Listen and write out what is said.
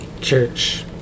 church